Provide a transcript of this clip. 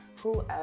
whoever